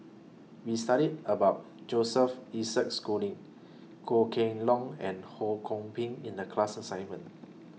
We studied about Joseph Isaac Schooling Goh Kheng Long and Ho Kwon Ping in The class assignment